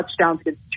touchdowns